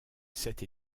cette